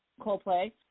Coldplay